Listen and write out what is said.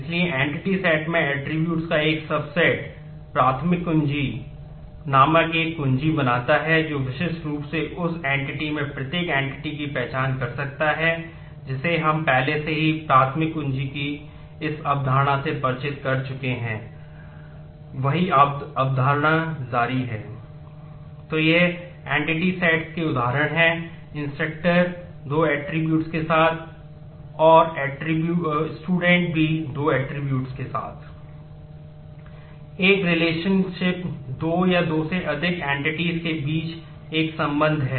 इसलिए entity set की इस अवधारणा से परिचित कर चुके हैं वही अवधारणा जारी है